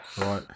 right